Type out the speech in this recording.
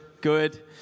good